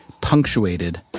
punctuated